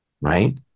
right